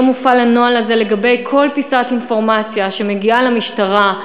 לא מופעל הנוהל הזה לגבי כל פיסת אינפורמציה שמגיעה למשטרה,